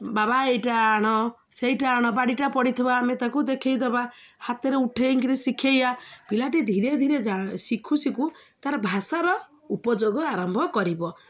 ବାବା ଏଇଟା ଆଣ ସେଇଟା ଆଣ ବାଡ଼ିଟା ପଡ଼ିି ଥିବା ଆମେ ତାକୁ ଦେଖାଇଦବା ହାତରେ ଉଠାଇକିରି ଶିଖାଇବା ପିଲାଟି ଧୀରେ ଧୀରେ ଜା ଶିଖୁ ଶିଖୁ ତା'ର ଭାଷାର ଉପଯୋଗ ଆରମ୍ଭ କରିବ